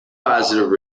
positive